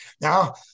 Now